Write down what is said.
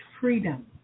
freedom